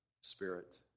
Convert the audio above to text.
spirit